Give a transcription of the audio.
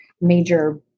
major